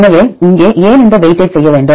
எனவே இங்கே ஏன் இந்த வெயிட்டேஜ் செய்ய வேண்டும்